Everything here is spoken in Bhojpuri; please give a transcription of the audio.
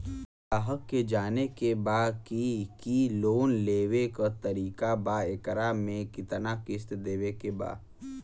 ग्राहक के जाने के बा की की लोन लेवे क का तरीका बा एकरा में कितना किस्त देवे के बा?